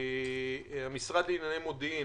מהמשרד לענייני מודיעין.